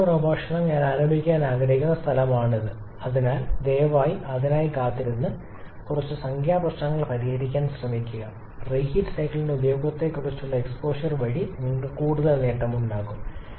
എന്റെ അടുത്ത പ്രഭാഷണം ഞാൻ ആരംഭിക്കാൻ ആഗ്രഹിക്കുന്ന സ്ഥലമാണിത് അതിനാൽ ദയവായി അതിനായി കാത്തിരുന്ന് കുറച്ച് സംഖ്യാ പ്രശ്നങ്ങൾ പരിഹരിക്കാൻ ശ്രമിക്കുക റീഹീറ്റ് സൈക്കിളിന്റെ ഉപയോഗത്തെക്കുറിച്ചുള്ള എക്സ്പോഷർവഴി നിങ്ങൾക്ക് കൂടുതൽ നേട്ടമുണ്ടാകും